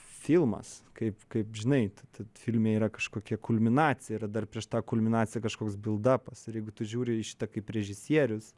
filmas kaip kaip žinai filme yra kažkokia kulminacija yra dar prieš tą kulminaciją kažkoks bildapas ir jeigu tu žiūri į šitą kaip režisierius